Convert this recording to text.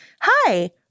Hi